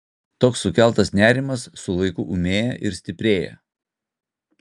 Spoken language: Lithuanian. toks sukeltas nerimas su laiku ūmėja ir stiprėja